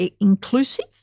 inclusive